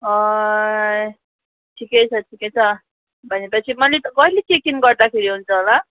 ठिकै छ ठिकै छ भनेपछि मैले त कहिले चेक इन गर्दाखेरि हुन्छ होला